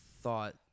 thought